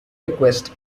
request